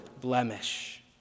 blemish